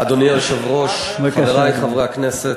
אדוני היושב-ראש, חברי חברי הכנסת,